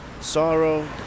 sorrow